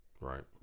Right